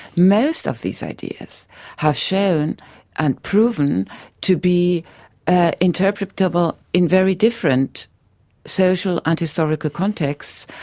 most of these ideas have shown and proven to be ah interpretable in very different social and historical contexts,